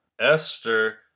Esther